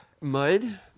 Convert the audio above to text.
Mud